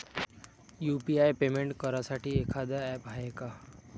UPI payment करासाठी एखांद app हाय का?